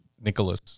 Nicholas